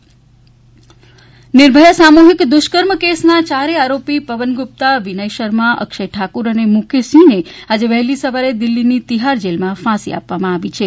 નિર્ભયા નિર્ભયા સામુહિક દુષ્કર્મ કેસના ચારેય આરોપી પવન ગુપ્તા વિનય શર્મા અક્ષય ઠાકુર અને મુકેશ સિંહને આજે સવારે દિલ્ફીની તિહાર જેલમાં ફાંસી આપવામાં આવી હતી